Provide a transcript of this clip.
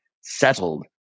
settled